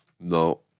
No